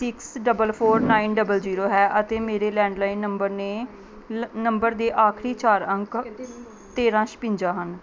six double four nine double zero ਹੈ ਅਤੇ ਮੇਰੇ ਲੈਂਡਲਾਈਨ ਨੰਬਰ ਨੇ ਨੰਬਰ ਦੇ ਆਖਰੀ ਚਾਰ ਅੰਕ ਤੇਰਾਂ ਛਿਪੰਜਾ ਹਨ